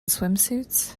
swimsuits